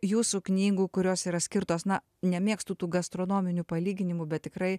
jūsų knygų kurios yra skirtos na nemėgstu tų gastronominių palyginimų bet tikrai